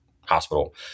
hospital